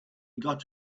got